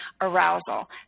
arousal